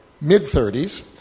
mid-30s